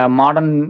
modern